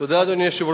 תודה רבה.